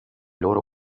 loro